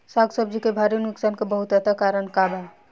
साग सब्जी के भारी नुकसान के बहुतायत कारण का बा?